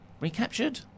Recaptured